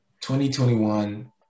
2021